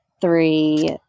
three